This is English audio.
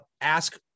ask